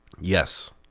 yes